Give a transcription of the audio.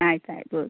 ಆಯಿತು ಆಯಿತು ಓಕೆ